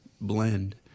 blend